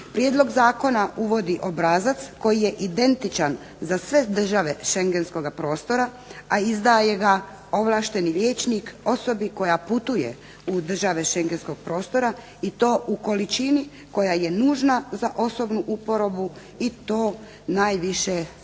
Prijedlog zakona uvodi obrazac koji je identičan za sve države Shengenskoga prostora, a izdaje ga ovlašteni liječnik osobi koja putuje u države Shengenskog prostora i to u količini koja je nužna za osobnu uporabu i to najviše na